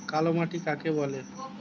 কালোমাটি কাকে বলে?